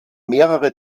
mehrere